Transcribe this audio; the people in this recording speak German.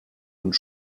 und